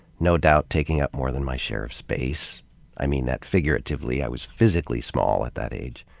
no doubt taking up more than my share of space i mean that figuratively. i was physically small at that age.